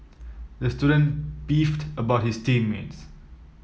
the student beefed about his team mates